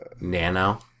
Nano